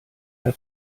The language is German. per